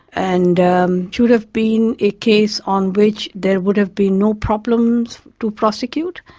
and should have been a case on which there would have been no problems to prosecute.